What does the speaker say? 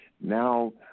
now